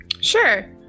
sure